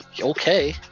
okay